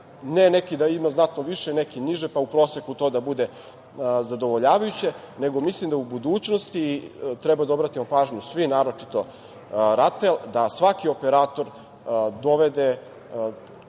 ne neki da ima znatno više, neki niže pa u proseku to da bude zadovoljavajuće, nego mislim da u budućnosti treba da obratimo pažnju svi, naročito RATEL da svaki operator dođe